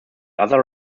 other